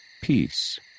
peace